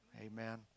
Amen